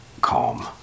calm